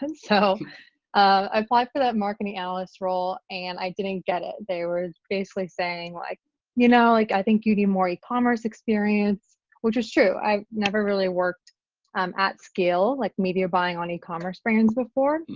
and so i applied for that marketing analyst role and i didn't get it. they were basically saying like you know like i think you need more ecommerce experience which was true. i've never really worked um at scale like media buying on ecommerce brands before.